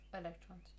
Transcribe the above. Electrons